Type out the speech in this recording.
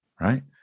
right